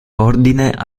ordine